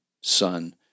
son